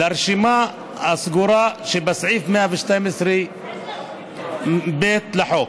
לרשימה הסגורה שבסעיף 112(ב) לחוק,